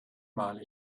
mal